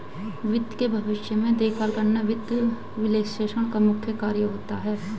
वित्त के भविष्य में देखभाल करना वित्त विश्लेषक का मुख्य कार्य होता है